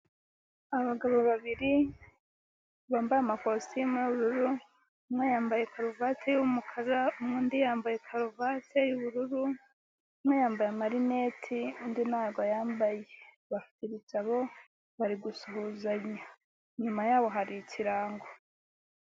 Abagabo babiri bambaye amakositimu y'ubururu, umwe yambaye karuvati y'umukara n'undi yambaye karuvati y'ubururu, umwe yambaye amarineti, undi nago ayambaye, bafite ibitabo, bari gusuhuzanya, inyuma yabo hari ikirango.